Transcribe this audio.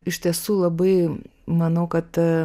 iš tiesų labai manau kad